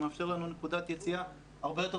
הוא מאפשר לנו נקודת יציאה הרבה יותר